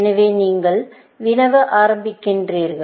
எனவே நீங்கள் வினவ ஆரம்பிக்கிறீர்கள்